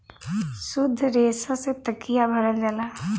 सुद्ध रेसा से तकिया भरल जाला